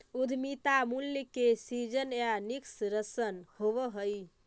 उद्यमिता मूल्य के सीजन या निष्कर्षण होवऽ हई